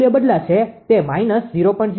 તે 0